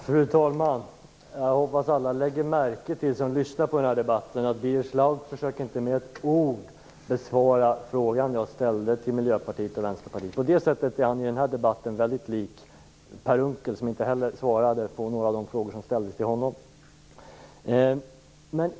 Fru talman! Jag hoppas att alla som lyssnar på debatten lagt märke till att Birger Schlaug inte med ett ord försöker besvara den fråga som jag ställt till både Miljöpartiet och Vänsterpartiet. I det avseendet är han i den här debatten väldigt lik Per Unckel, som inte heller svarade på någon av de frågor som hade ställts till honom.